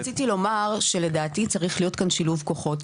רק רציתי לומר שלדעתי צריך להיות כאן שילוב כוחות,